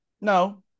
No